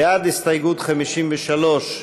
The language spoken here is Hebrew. בעד הסתייגות 53,